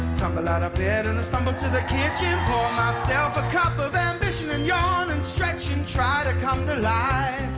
tumble outta bed and i stumble to the kitchen. pour myself a cup of ambition. and yawn and stretch and try to come to life.